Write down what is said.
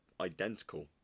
identical